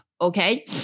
okay